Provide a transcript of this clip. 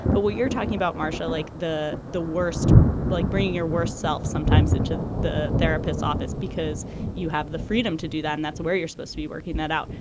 but what you're talking about marshall like the the worst like bringing your worst self sometimes into the therapist's office because you have the freedom to do that and that's where you're supposed to be working that out.